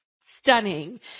stunning